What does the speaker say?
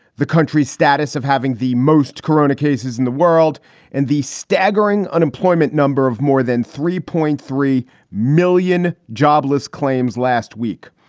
the country's status of having the most corona cases in the world and the staggering unemployment number of more than three point three million jobless claims last week.